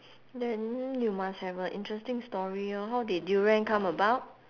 then you must have a interesting story orh how did durian come about